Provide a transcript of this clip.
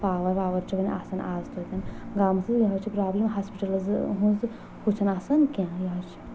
power واور چھُ آسان آز تویتہِ گامِسے یمَے چھےٚ پروبلِم ہاسپِٹلز ہٕنٛز ہُہ چھُ نہٕ آسان کیٚنٛہہ